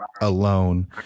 alone